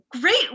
great